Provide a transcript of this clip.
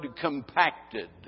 compacted